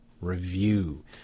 Review